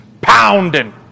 pounding